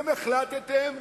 אתם החלטתם